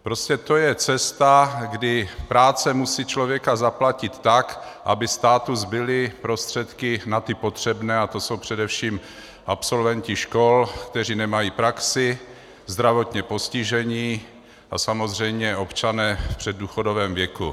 Prostě to je cesta, kdy práce musí člověka zaplatit tak, aby státu zbyly prostředky na ty potřebné, a to jsou především absolventi škol, kteří nemají praxi, zdravotně postižení a samozřejmě občané v předdůchodovém věku.